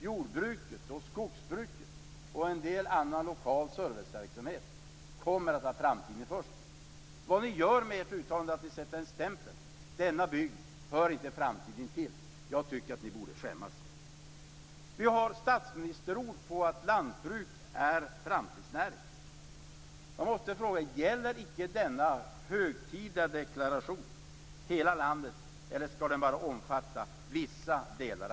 Jordbruket, skogsbruket och en del annan lokal serviceverksamhet kommer att ha framtiden för sig. Vad ni gör med ert uttalande är att ni sätter en stämpel: Denna bygd hör inte framtiden till. Jag tycker att ni borde skämmas. Jag har statsministerord på att lantbruk är en framtidsnäring. Jag måste då fråga: Gäller icke denna högtidliga deklaration för hela landet eller skall den bara omfatta vissa delar?